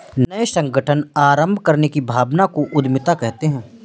नये संगठन आरम्भ करने की भावना को उद्यमिता कहते है